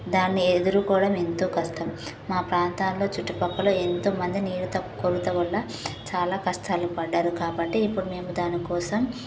దాన్ని ఎదుర్కోవడం ఎంతో కష్టం మా ప్రాంతాల్లో ఎంత మంది చుట్టుపక్కల నీళ్ళ కొరత వళ్ళ చాలా కస్టాలు పడ్డారు కాబట్టి ఇప్పుడూ మేము దానికోసం